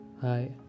Hi